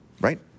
right